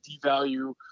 devalue